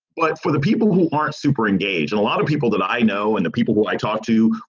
but for the people who aren't super engaged and a lot of people that i know and the people who i talked to,